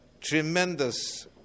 tremendous